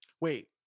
Wait